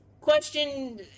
question